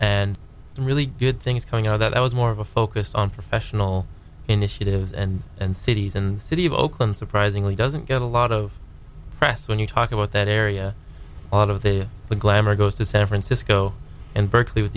some really good things coming out that was more of a focus on professional initiatives and and cities in the city of oakland surprisingly doesn't get a lot of press when you talk about that area a lot of the glamor goes to san francisco and berkeley with